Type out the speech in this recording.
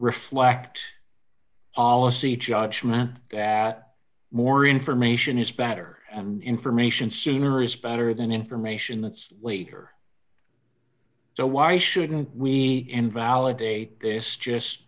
reflect alla see judgment that more information is better information sooner is better than information that's later so why shouldn't we invalidate this just